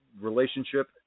relationship